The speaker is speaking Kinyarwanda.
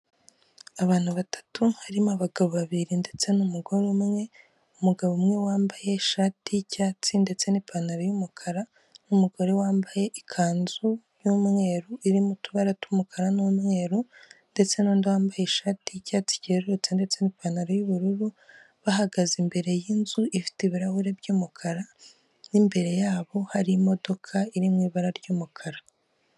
Abantu batatu harimo abagabo babiri ndetse n'umugore umwe, umugabo umwe wambaye ishati y'icyatsi ndetse n'ipantaro y'umukara, n'umugore wambaye ikanzu y'umweru iri mu tubara tw'umukara n'umweru ndetse n'undi wambaye ishati y'icyatsi cyerurutse ndetse n'ipantaro y'ubururu, bahagaze imbere y'inzu ifite ibirahuri by'umukara, n'imbere yabo hari imodoka iri mu ibara ry'umukara.